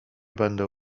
będę